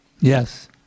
Yes